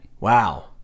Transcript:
Wow